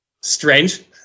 strange